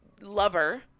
lover